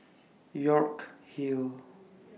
York Hill